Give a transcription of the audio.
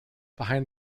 behind